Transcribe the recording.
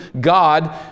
God